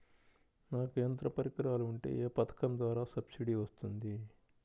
నాకు యంత్ర పరికరాలు ఉంటే ఏ పథకం ద్వారా సబ్సిడీ వస్తుంది?